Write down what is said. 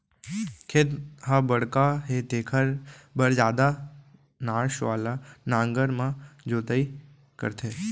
खेत ह बड़का हे तेखर बर जादा नास वाला नांगर म जोतई करथे